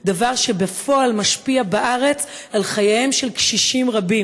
דבר שבפועל משפיע בארץ על חייהם של קשישים רבים,